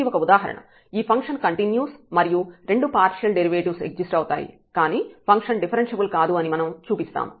ఇది ఒక ఉదాహరణ ఈ ఫంక్షన్ కంటిన్యూస్ మరియు రెండు పార్షియల్ డెరివేటివ్స్ ఎగ్జిస్ట్ అవుతాయి కానీ ఫంక్షన్ డిఫరెన్ష్యబుల్ కాదు అని మనం చూపిస్తాము